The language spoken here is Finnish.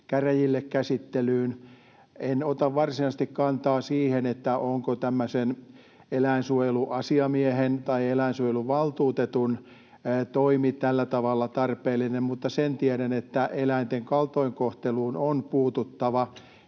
käräjille käsittelyyn. En ota varsinaisesti kantaa siihen, onko eläinsuojeluasiamiehen tai eläinsuojeluvaltuutetun toimi tällä tavalla tarpeellinen, mutta sen tiedän, että eläinten kaltoinkohteluun on puututtava,